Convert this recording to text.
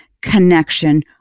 connection